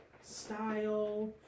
style